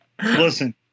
Listen